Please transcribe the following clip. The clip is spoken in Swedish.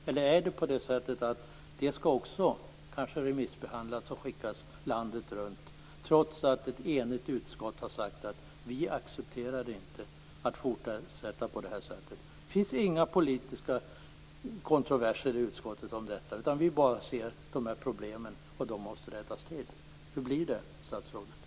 Eller skall också dessa remissbehandlas och skickas landet runt, trots att ett enigt utskott har sagt att man inte accepterar att det fortsätter på det här sättet? Det finns inga politiska kontroverser i utskottet om detta. Vi ser bara att problemen måste rättas till. Hur blir det, statsrådet?